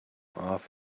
off